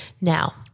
Now